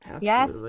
Yes